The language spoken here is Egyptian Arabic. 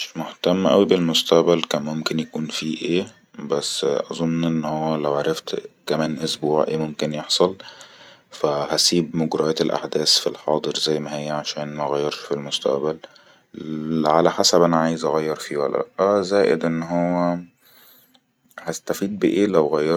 امش مهتم أوي بالمستئبل ممكن يكون فيه ايه بس اظن ان هو لو عرفت كمان اسبوع ايه ممكن يحصل فهسيب مجريات الاحداس في الحاضر زي ما هي عشان ما غيرش في المستقبل عل-على حسب ان عايز اغير فيه او لا زائد ان هو هستفيد بأيه لو غيرت